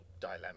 dilemma